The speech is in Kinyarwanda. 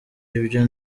ibyo